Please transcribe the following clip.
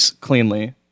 cleanly